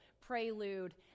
prelude